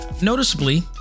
noticeably